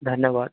धन्यवाद